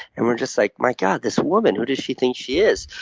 and were just like, my god, this woman who does she think she is?